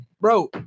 bro